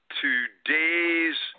today's